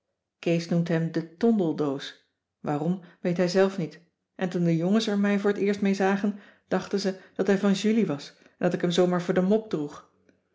kees noemt hem de tondeldoos waarom weet hij zelf niet en toen de jongens er mij voor t eerst mee zagen dachten ze dat hij van julie was en dat ik hem zoo maar voor de mop droeg